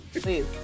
please